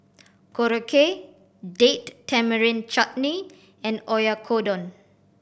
Korokke Date Tamarind Chutney and Oyakodon